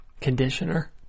Conditioner